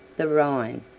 the rhine,